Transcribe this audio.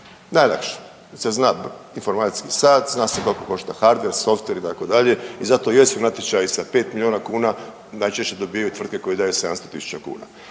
najlakše jer se zna informacijski sat, zna se koliko košta hardver, softver itd. i zato jesu natječaji sa 5 miliona kuna najčešće dobivaju tvrtke koje daju 700.000 kuna.